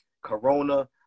corona